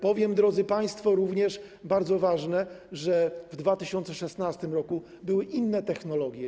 Powiem, drodzy państwo, co również jest bardzo ważne, że w 2016 r. były inne technologie.